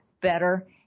better